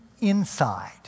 inside